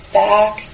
back